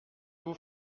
vous